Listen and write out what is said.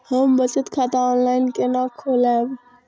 हम बचत खाता ऑनलाइन केना खोलैब?